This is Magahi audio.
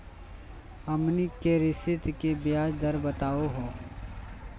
हमनी के ऋण के ब्याज दर बताहु हो?